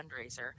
fundraiser